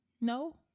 No